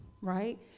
right